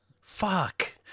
Fuck